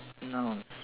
nouns